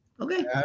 okay